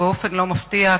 ובאופן לא מפתיע,